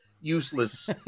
useless